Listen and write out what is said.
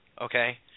okay